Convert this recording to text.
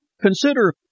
consider